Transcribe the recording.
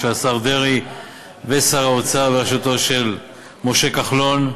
של השר דרעי ושל שר האוצר משה כחלון.